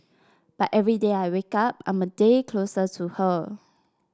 but every day I wake up I'm a day closer to her